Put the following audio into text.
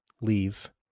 leave